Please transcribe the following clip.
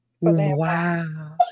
Wow